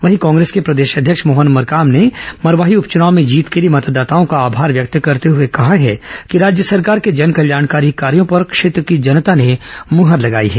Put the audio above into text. वहीं कांग्रेस के प्रदेश अध्यक्ष मोहन मरकाम ने मरवाही उपचुनाव में जीत के लिए मतदाताओं का आभार व्यक्त करते हुए कहा है कि राज्य सरकार के जन कल्याणकारी कार्यों पर क्षेत्र की जनता ने मुहर लगाई है